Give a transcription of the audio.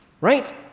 right